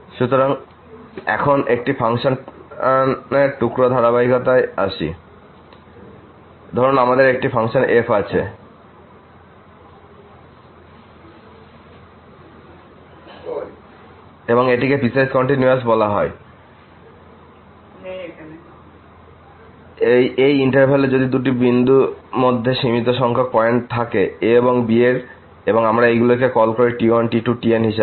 সুতরাং এখন একটি ফাংশনের টুকরো ধারাবাহিকতায় আসি ধরুন আমাদের একটি ফাংশন f আছে এবং এটিকে পিসওয়াইস কন্টিনিউয়াস বলা হয় a b এই ইন্টারভ্যাল এ যদি এই দুটি বিন্দুমধ্যে সীমিত সংখ্যক পয়েন্ট থাকে a এবং b এর এবং আমরা এইগুলিকে কল করছি t1t2tn হিসাবে